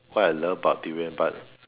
what I love about durian but